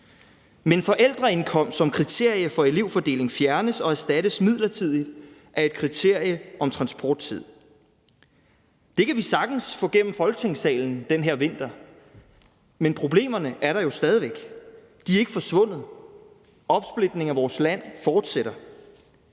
Men forældreindkomst som kriterie for elevfordelingen fjernes og erstattes midlertidigt af et kriterie om transporttid. Det kan vi sagtens få gennem Folketingssalen den her vinter, men problemerne er der jo stadig væk. De er ikke forsvundet. Opsplitningen af vores land fortsætter.